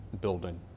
building